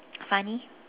funny